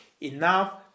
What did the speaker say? enough